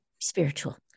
spiritual